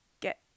get